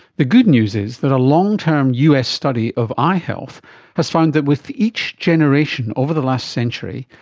the good news is that a long-term us study of eye health has found that with each generation over the last century,